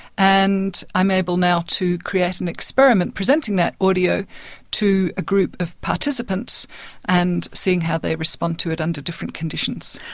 and i'm able now to create an experiment, presenting that audio to a group of participants and seeing how they respond to it under different conditions.